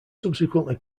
subsequently